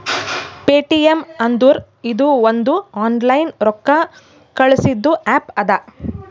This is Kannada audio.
ಪೇಟಿಎಂ ಅಂದುರ್ ಇದು ಒಂದು ಆನ್ಲೈನ್ ರೊಕ್ಕಾ ಕಳ್ಸದು ಆ್ಯಪ್ ಅದಾ